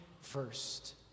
first